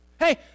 Hey